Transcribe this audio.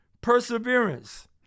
perseverance